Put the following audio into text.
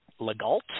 Legault